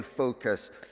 focused